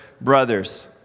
brothers